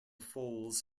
falls